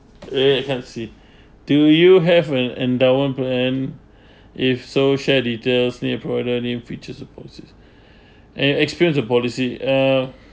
wait I can't see do you have an endowment plan if so share details name provider name features of policies and experience of policy uh